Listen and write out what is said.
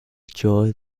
joy